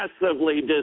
massively